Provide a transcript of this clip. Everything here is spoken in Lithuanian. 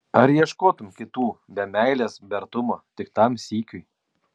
ar ieškotum kitų be meilės be artumo tik tam sykiui